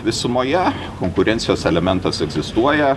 visumoje konkurencijos elementas egzistuoja